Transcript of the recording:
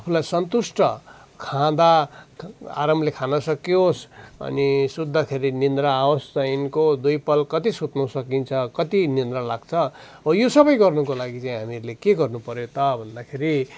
आफुलाई सन्तुष्ट खाँदा खा आरामले खान सकियोस् अनि सुत्दाखेरि निन्द्रा अवोस् चैनको दुई पल कति सुत्नु सकिन्छ कति निन्द्रा लाग्छ हो यो सबै गर्नुको लागि चाहिँ हामिरले के गर्नु पर्यो त भन्दाखेरि